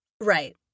right